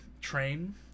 train